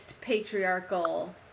patriarchal